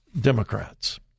Democrats